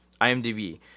IMDb